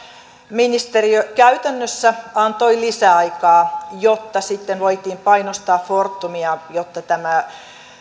ministeriö käytännössä antoi lisäaikaa jotta sitten voitiin painostaa fortumia jotta tämä